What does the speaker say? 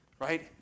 right